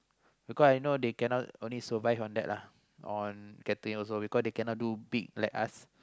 because I know they cannot only survive on that lah on catering also because they cannot do big like us